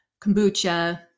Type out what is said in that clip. kombucha